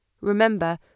Remember